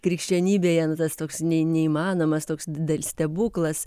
krikščionybėje nu tas toks ne neįmanomas toks da stebuklas